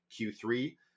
Q3